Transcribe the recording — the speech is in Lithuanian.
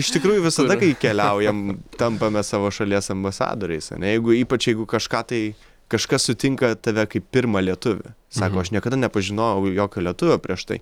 iš tikrųjų visada kai keliaujam tampame savo šalies ambasadoriais ane jeigu ypač jeigu kažką tai kažkas sutinka tave kaip pirmą lietuvį sako aš niekada nepažinojau jokio lietuvio prieš tai